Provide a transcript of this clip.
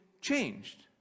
changed